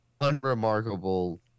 unremarkable